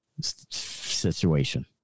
situation